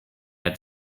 had